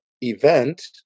event